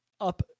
up